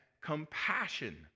compassion